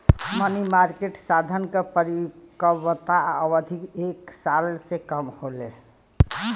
मनी market साधन क परिपक्वता अवधि एक साल से कम होले